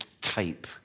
type